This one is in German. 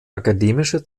akademische